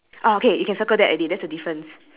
next thing is do you see that basketball thingy